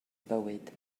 bywyd